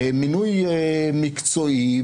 מינוי מקצועי,